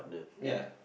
ya